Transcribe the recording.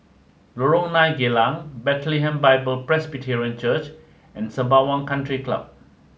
Lorong nine Geylang Bethlehem Bible Presbyterian Church and Sembawang Country Club